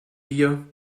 wir